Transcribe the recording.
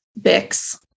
Bix